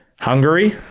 Hungary